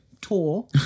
tour